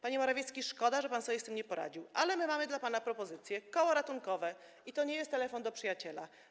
Panie Morawiecki, szkoda, że pan sobie z tym nie poradził, ale mamy dla pana propozycję, koło ratunkowe, i nie jest to telefon do przyjaciela.